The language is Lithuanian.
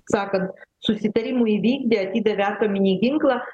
sakant susitarimų įvykdė atidavė atominį ginklą